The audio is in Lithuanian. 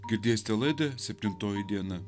girdėsite laidą septintoji diena